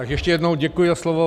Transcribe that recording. Tak ještě jednou děkuji za slovo.